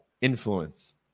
influence